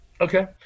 okay